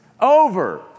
Over